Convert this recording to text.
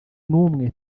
n’umwe